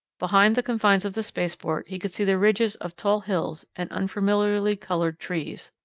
behind the confines of the spaceport he could see the ridges of tall hills and unfamiliarly colored trees.